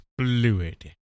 fluid